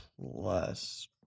plus